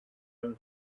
own